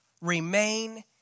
remain